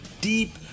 deep